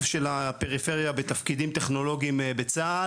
של הפריפריה בתפקידים טכנולוגיים בצה"ל.